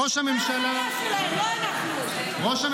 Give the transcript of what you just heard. אנחנו לא צריכים לעשות כלום.